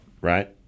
Right